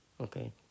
Okay